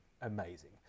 amazing